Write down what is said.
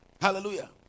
hallelujah